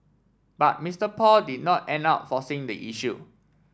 but Mister Paul did not end up forcing the issue